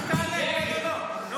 רק תענה, כן או לא.